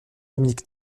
dominique